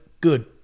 Good